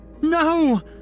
No